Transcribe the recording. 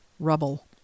Rubble